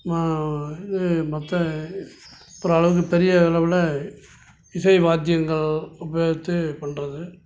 மா இது மற்ற அப்புறம் அளவு பெரிய அளவில் இசைவாத்தியங்கள் பே தே பண்ணுறது